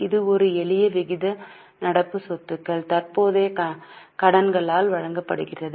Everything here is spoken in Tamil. இது ஒரு எளிய விகித நடப்பு சொத்துக்கள் தற்போதைய கடன்களால் வகுக்கப்படுகிறது